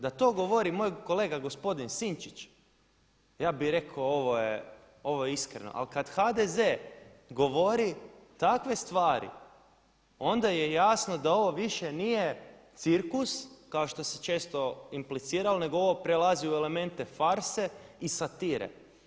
Da to govori moj kolega gospodin Sinčić ja bih rekao ovo je iskreno, ali kad HDZ govori takve stvari onda je jasno da ovo više nije cirkus kao što se često impliciralo nego ovo prelazi u elemente farse i satire.